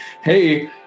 hey